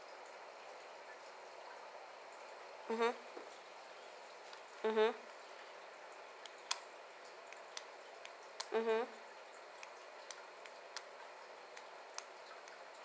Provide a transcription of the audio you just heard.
mmhmm